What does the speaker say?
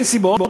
אין סיבות,